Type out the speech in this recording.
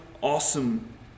awesome